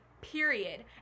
period